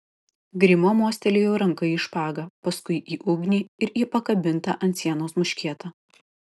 grimo mostelėjo ranka į špagą paskui į ugnį ir į pakabintą ant sienos muškietą